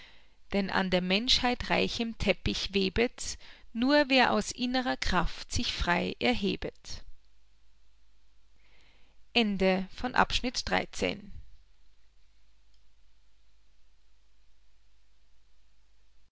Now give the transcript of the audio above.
denn an der menschheit reichem teppich webet nur wer aus innrer kraft sich frei erhebet